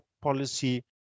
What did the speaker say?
policy